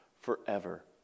forever